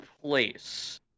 place